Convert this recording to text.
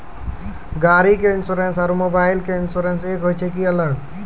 गाड़ी के इंश्योरेंस और मोबाइल के इंश्योरेंस एक होय छै कि अलग?